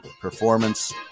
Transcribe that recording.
performance